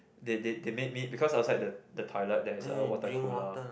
they they they made me because outside the toilet there is a water cooler